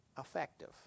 effective